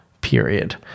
period